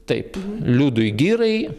taip liudui girai